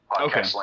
Okay